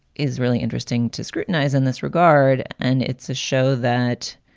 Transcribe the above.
is really interesting to scrutinize in this regard. and it's a show that.